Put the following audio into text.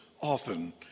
often